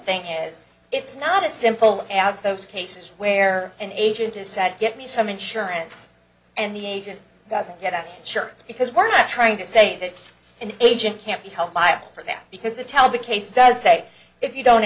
thing is it's not as simple as those cases where an agent is said get me some insurance and the agent doesn't get out shirts because we're trying to say that an agent can't be held liable for them because they tell the case does say if you don't